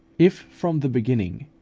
if from the beginning,